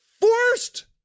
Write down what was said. forced